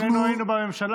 כששנינו היינו בממשלה.